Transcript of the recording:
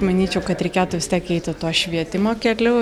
manyčiau kad reikėtų vis tiek eiti tuo švietimo keliu